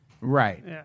Right